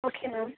okay ma'am